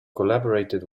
collaborated